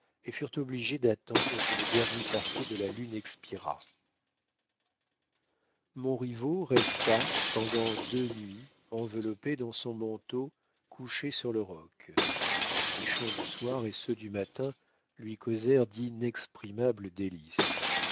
et furent obligés d'attendre que le dernier quartier de la lune expirât montriveau resta pendant deux nuits enveloppé dans son manteau couché sur le roc les chants du soir et ceux du matin lui causèrent d'inexprimables délices